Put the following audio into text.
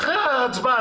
אחרי ההצבעה.